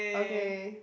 okay